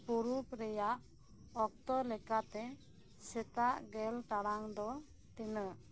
ᱯᱩᱨᱩᱵᱽ ᱨᱮᱭᱟᱜ ᱚᱠᱛᱚ ᱞᱮᱠᱟᱛᱮ ᱥᱮᱛᱟᱜ ᱜᱮᱞ ᱴᱟᱲᱟᱝ ᱫᱚ ᱛᱤᱱᱟᱹᱜ